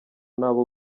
n’abo